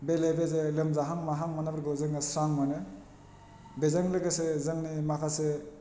बेले बेजे लोमजाहां माहां मोन्नायफोरखौ जोङो स्रां मोनो बेजों लोगोसे जोंनि माखासे